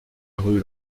rue